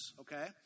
okay